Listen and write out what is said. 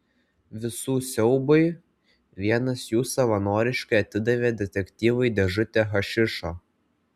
visų siaubui vienas jų savanoriškai atidavė detektyvui dėžutę hašišo